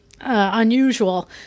unusual